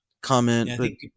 comment